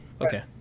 okay